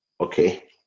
Okay